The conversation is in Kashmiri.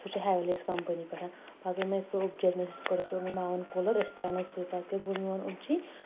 سُہ چھُ ہیٚویلز کَمپٔنی پٮ۪ٹھ پَتہٕ ووٚن مےٚ یِتھ پٲٹھۍ اوٚبجی یس مےٚ دوٚپُس یِتھ کٲٹھۍ چھُ اوٚنمُت مامَن کوٗلر أسۍ تہِ اَنو سُے پَتہٕ کیاہ گوٚو میون اوٚبجی